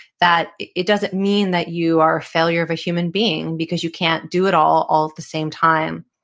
that it it doesn't mean that you are a failure of a human being because you can't do it all, all at the same time.